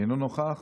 אינו נוכח.